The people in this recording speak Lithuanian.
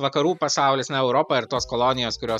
vakarų pasaulis na europa ir tos kolonijos kurios